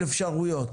של אפשרויות,